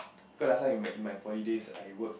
cause last time in my my poly days I work in